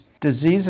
diseases